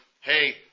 hey